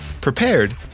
prepared